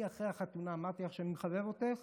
אני אחרי החתונה אמרתי לך שאני מחבב אותך.